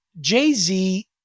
Jay-Z